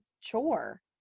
chore